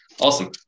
awesome